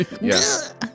yes